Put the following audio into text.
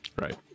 Right